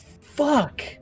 fuck